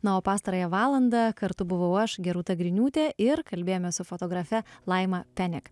na o pastarąją valandą kartu buvau aš gerūta griniūtė ir kalbėjomės su fotografe laima penek